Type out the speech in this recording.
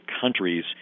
countries